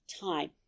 time